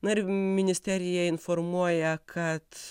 na ir ministerija informuoja kad